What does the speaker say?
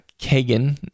Kagan